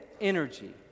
energy